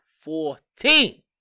Fourteen